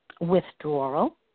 withdrawal